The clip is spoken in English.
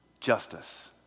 justice